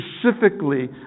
specifically